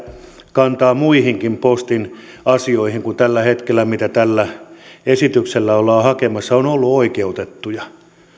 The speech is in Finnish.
kantaa muihinkin postin asioihin kuin mitä tällä hetkellä tällä esityksellä ollaan hakemassa on ollut oikeutettua